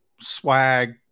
swag